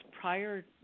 prior